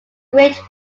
great